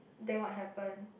then what happened